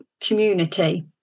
community